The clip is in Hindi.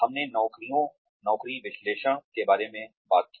हमने नौकरियों नौकरी विश्लेषण के बारे में बात की